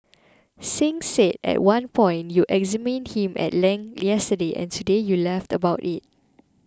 Singh said at one point you examined him at length yesterday and today you laugh about it